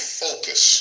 focus